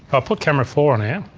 i'll put camera four on here.